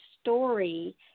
story